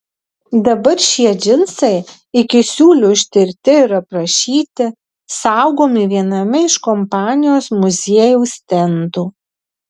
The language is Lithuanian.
dabar šie džinsai iki siūlių ištirti ir aprašyti saugomi viename iš kompanijos muziejaus stendų